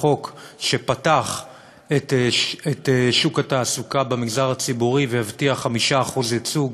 החוק שפתח את שוק התעסוקה במגזר הציבורי והבטיח 5% ייצוג